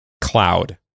cloud